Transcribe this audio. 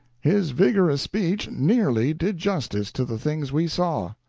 his vigorous speech nearly did justice to the things we saw.